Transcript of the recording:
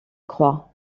croix